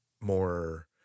more